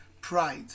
Pride